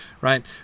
right